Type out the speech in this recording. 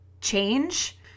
change